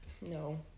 No